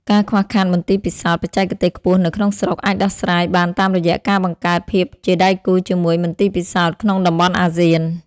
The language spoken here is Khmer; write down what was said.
ការខ្វះខាតមន្ទីរពិសោធន៍បច្ចេកទេសខ្ពស់នៅក្នុងស្រុក អាចដោះស្រាយបានតាមរយៈការបង្កើតភាពជាដៃគូជាមួយមន្ទីរពិសោធន៍ក្នុងតំបន់អាស៊ាន។